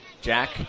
Jack